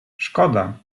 szkoda